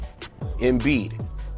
Embiid